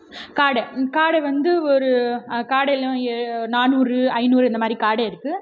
காடை காடை வந்து ஒரு காடைலேயும் நானூறு ஐநூறு அந்த மாதிரி காடை இருக்குது